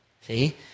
See